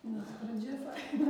nes pradžia faina